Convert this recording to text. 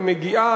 ומגיעה,